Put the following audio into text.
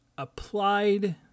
applied